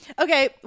Okay